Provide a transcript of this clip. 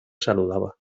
saludaba